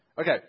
Okay